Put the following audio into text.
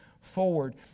forward